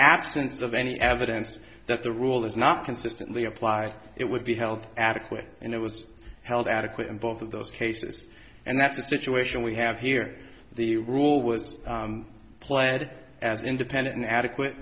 absence of any evidence that the rule is not consistently apply it would be held adequate and it was held adequate in both of those cases and that's the situation we have here the rule was pled as independent and adequate